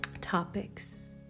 topics